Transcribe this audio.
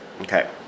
Okay